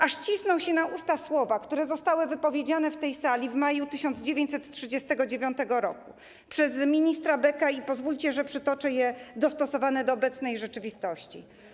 Aż cisną się na usta słowa, które zostały wypowiedziane w tej sali w maju 1939 r. przez ministra Becka, pozwólcie, że je przytoczę, dostosowane do obecnej rzeczywistości.